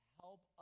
help